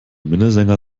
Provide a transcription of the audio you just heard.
minnesänger